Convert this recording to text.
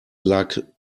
lag